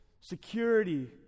security